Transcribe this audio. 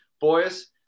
boys